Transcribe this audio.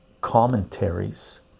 Commentaries